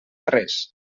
res